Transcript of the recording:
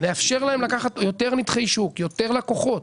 לאפשר להם לקחת יותר נתחי שוק, יותר לקוחות.